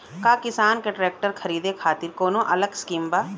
का किसान के ट्रैक्टर खरीदे खातिर कौनो अलग स्किम बा?